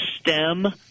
stem